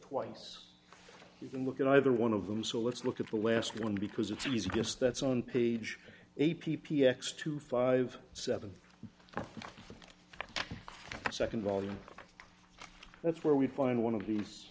twice you can look at either one of them so let's look at the last one because it is just that's on page a p p x two five seven the second volume that's where we find one of these